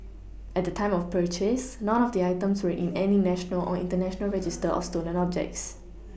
at the time of purchase none of the items were in any national or international register of stolen objects